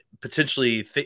potentially